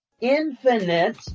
infinite